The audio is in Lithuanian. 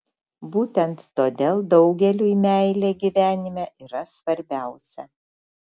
būtent todėl daugeliui meilė gyvenime yra svarbiausia